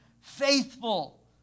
faithful